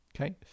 okay